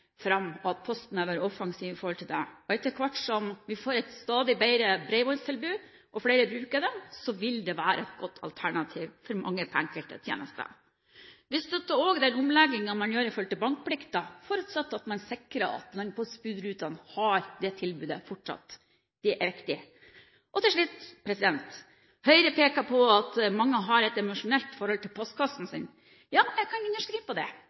fram, og at Posten har vært offensive med hensyn til det. Etter hvert som vi får et stadig bedre bredbåndstilbud og flere bruker det, vil det være et godt alternativ for mange på enkelte tjenester. Vi støtter òg den omleggingen man gjør når det gjelder bankplikten, forutsatt at man sikrer at landpostbudrutene fortsatt har det tilbudet. Det er viktig. Til slutt: Høyre peker på at mange har et emosjonelt forhold til postkassen sin. Ja, jeg kan underskrive på det.